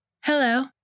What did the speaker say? Hello